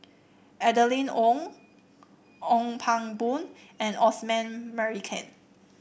Adeline Ooi Ong Pang Boon and Osman Merican